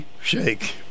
shake